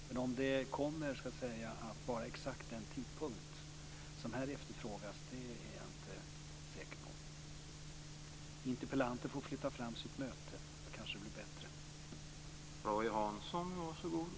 Men den exakta tidpunkten, som här efterfrågas, är jag inte säker på. Interpellanten får flytta fram sitt möte, så kanske det blir bättre.